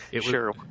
Sure